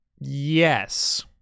Yes